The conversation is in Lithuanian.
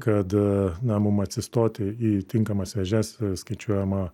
kad na mum atsistoti į tinkamas vėžes skaičiuojama